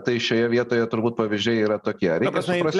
tai šioje vietoje turbūt pavyzdžiai yra tokie reikia suprast